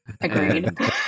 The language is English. Agreed